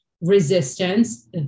resistance